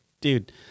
dude